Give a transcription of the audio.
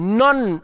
none